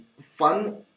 fun